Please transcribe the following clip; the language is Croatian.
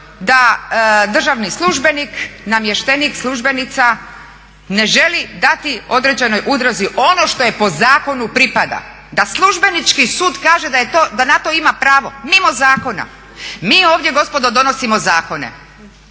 da državni službenik, namještenik, službenica ne želi dati određenoj udruzi ono što joj po zakonu pripada da službenički sud kaže da je to, da na to ima pravo mimo zakona. Mi ovdje gospodo donosimo zakone,